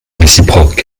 réciproque